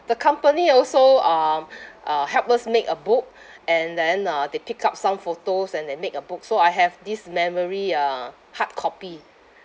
the company also um uh help us make a book and then uh they pick out some photos and they make a book so I have this memory uh hard copy